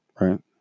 Right